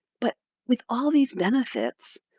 but with all these benefits,